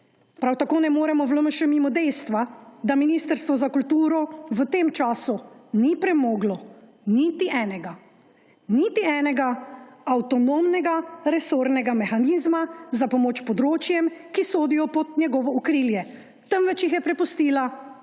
Prav tako ne moremo v LMŠ mimo dejstva, da Ministrstvo za kulturo v tem času ni premoglo niti enega avtonomnega resornega mehanizma za pomoč področjem, ki sodijo pod njegovo okrilje, temveč jih je prepustila